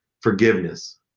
forgiveness